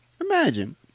imagine